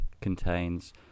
contains